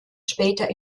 später